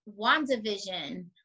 WandaVision